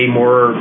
more